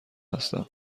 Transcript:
هستم